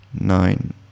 Nine